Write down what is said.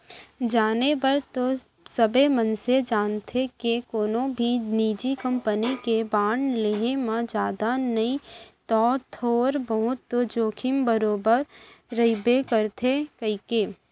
जाने बर तो सबे मनसे जानथें के कोनो भी निजी कंपनी के बांड लेहे म जादा नई तौ थोर बहुत तो जोखिम बरोबर रइबे करथे कइके